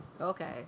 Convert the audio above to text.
Okay